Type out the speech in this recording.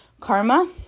Karma